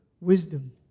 wisdom